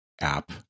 app